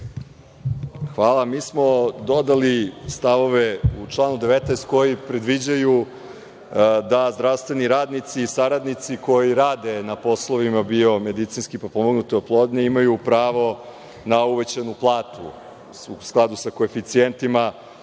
Mi smo dodali stavove u članu 19. koji predviđaju da zdravstveni radnici i saradnici koji rade na poslovima biomedicinske potpomognute oplodnje imaju pravo na uvećanu platu u skladu sa koeficijentima